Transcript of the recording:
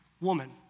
woman